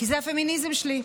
כי זה הפמיניזם שלי,